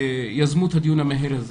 שיזמו את הדיון המהיר הזה.